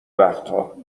وقتها